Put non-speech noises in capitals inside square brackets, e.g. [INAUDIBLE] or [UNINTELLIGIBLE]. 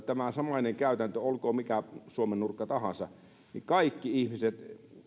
[UNINTELLIGIBLE] tämä samainen käytäntö olkoon mikä suomen nurkka tahansa kaikki ihmiset